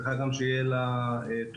צריכה גם שתהיה לה תוכנית,